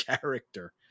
character